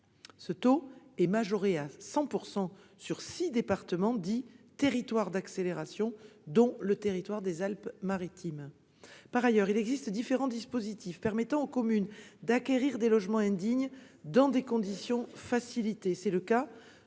Ce taux est majoré à 100 % sur six départements dits « territoires d'accélérations », dont le département des Alpes-Maritimes. Par ailleurs, il existe différents dispositifs permettant aux communes d'acquérir des logements indignes dans des conditions facilitées.